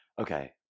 okay